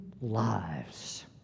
lives